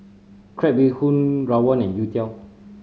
crab bee hoon rawon and youtiao